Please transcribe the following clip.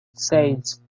seis